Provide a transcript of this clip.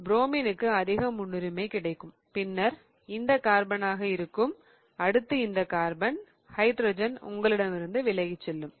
புரோமினுக்கு அதிக முன்னுரிமை கிடைக்கும் பின்னர் இந்த கார்பனாக இருக்கும் அடுத்து இந்த கார்பன் ஹைட்ரஜன் உங்களிடமிருந்து விலகிச் செல்லும்